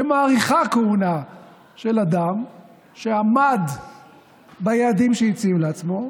שמאריכה כהונה של אדם שעמד ביעדים שהציב לעצמו,